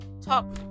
talk